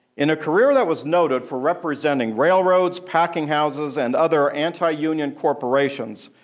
in a career that was noted for representing railroads, packing houses and other anti-union corporations,